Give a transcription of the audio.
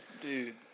Dude